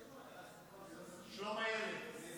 שלום הילד.